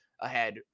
ahead